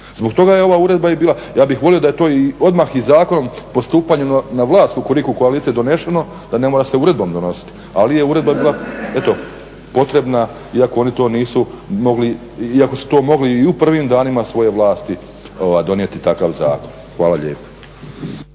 Zbog toga je ova uredba i bila, ja bih volio da je to i odmah i zakonom postupanje na vlast Kukuriku koalicije doneseno da ne mora se uredbom donositi, ali je uredba bila eto potrebna iako oni to nisu mogli, iako su to mogli i u prvim danima svoje vlasti donijeti, takav zakon. Hvala lijepo.